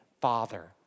father